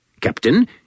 Captain